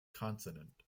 consonant